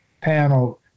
panel